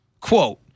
Quote